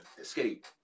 escape